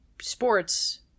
sports